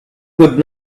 could